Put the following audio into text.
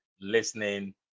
listening